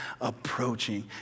approaching